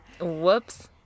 Whoops